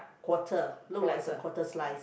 quarter look likes a quarter slices